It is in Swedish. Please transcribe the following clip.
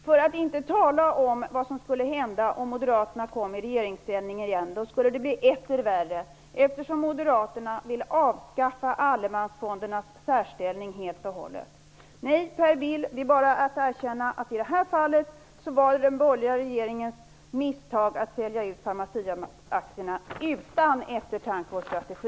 För att inte tala om vad som skulle hända om Moderaterna kom i regeringsställning igen. Då skulle det bli etter värre, eftersom Moderaterna vill avskaffa allemansfondernas särställning helt och hållet. Nej, Per Bill, det är bara att erkänna att i det här fallet var det ett misstag av den borgerliga regeringen att sälja ut Pharmaciaaktierna utan eftertanke och strategi.